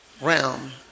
realm